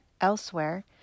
elsewhere